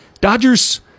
Dodgers